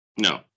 No